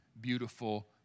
beautiful